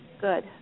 Good